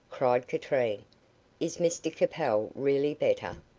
cried katrine is mr capel really better?